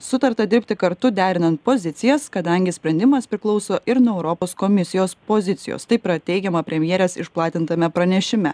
sutarta dirbti kartu derinant pozicijas kadangi sprendimas priklauso ir nuo europos komisijos pozicijos taip yra teigiama premjerės išplatintame pranešime